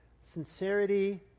Sincerity